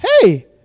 hey